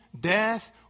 death